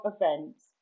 events